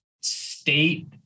state